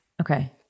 Okay